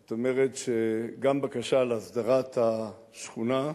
זאת אומרת שגם בקשה להסדרת השכונה,